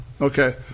okay